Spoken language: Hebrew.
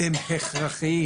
הם הכרחיים.